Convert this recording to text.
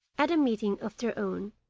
at a meeting of their own,